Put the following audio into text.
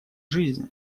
жизнь